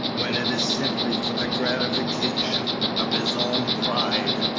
when it is simply for the gratification of his own pride.